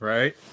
Right